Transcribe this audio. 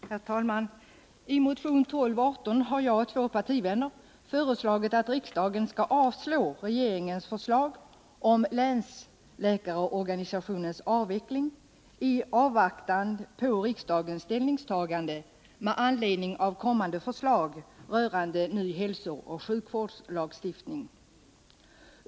Herr talman! I motion 1218 har jag och två partivänner föreslagit att riksdagen skall avslå regeringens förslag om länsläkarorganisationens avveckling i avvaktan på riksdagens ställningstagande med anledning av kommande förslag rörande ny hälsooch sjukvårdslagstiftning.